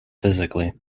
physically